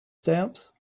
stamps